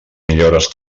millores